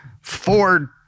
ford